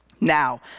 Now